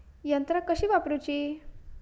यंत्रा कशी वापरूची?